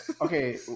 okay